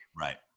Right